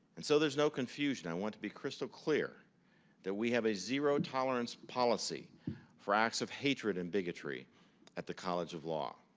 and so, there's no confusion, i want to be crystal clear that we have a zero-tolerance policy for acts of hatred and bigotry at the college of law.